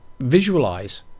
visualize